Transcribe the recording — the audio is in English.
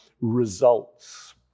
results